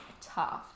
tough